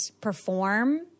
perform